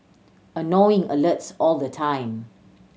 annoying alerts all the time